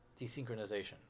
desynchronization